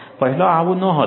પહેલાં આવું નહોતું